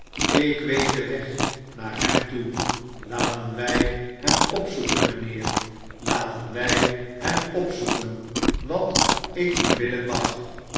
ik weet den weg naar hem toe laten wij hem opzoeken mijnheer laten wij hem opzoeken wat ik u bidden mag